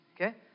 Okay